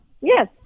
Yes